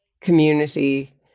community